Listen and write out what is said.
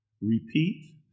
Repeat